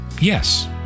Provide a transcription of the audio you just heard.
Yes